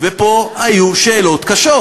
ופה היו שאלות קשות.